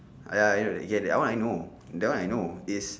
ah ya okay okay that one I know that one I know is